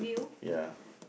ya